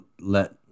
let